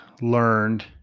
learned